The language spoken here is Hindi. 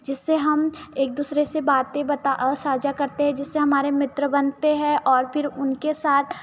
जिससे हम एक दूसरे से बातें बता अ साझा करते हैं जिससे हमारे मित्र बनाते हैं और फिर उनके साथ